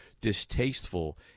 distasteful